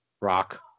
Rock